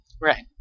Right